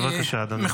בבקשה, אדוני.